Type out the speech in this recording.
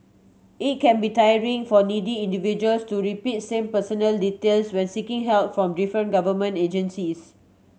it can be tiring for needy individuals to repeat same personal details when seeking help from different government agencies